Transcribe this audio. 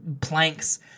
planks